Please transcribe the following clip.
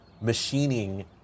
machining